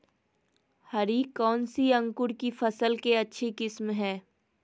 हरी कौन सी अंकुर की फसल के अच्छी किस्म है?